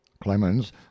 clemens